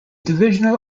divisional